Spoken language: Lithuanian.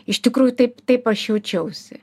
iš tikrųjų taip taip aš jaučiausi